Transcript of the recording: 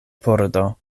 pordo